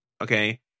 Okay